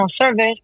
service